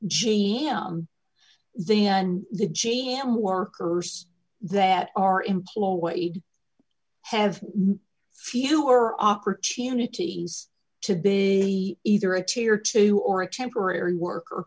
jane then the g m workers that are employed have fewer opportunities to be either a tier two or a temporary worker